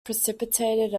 precipitated